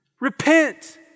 Repent